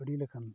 ᱟᱹᱰᱤ ᱞᱮᱠᱟᱱ